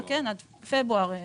עד פברואר,